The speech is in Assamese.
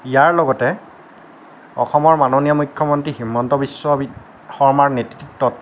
ইয়াৰ লগতে অসমৰ মাননীয় মুখ্যমন্ত্ৰী হিমন্ত বিশ্ব শৰ্মাৰ নেতৃত্বত